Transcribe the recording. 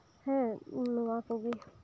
ᱦᱮᱸ ᱱᱚᱶᱟᱠᱚᱜᱮ